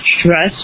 stress